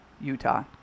Utah